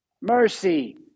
mercy